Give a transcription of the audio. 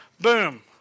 boom